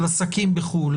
של עסקים בחו"ל.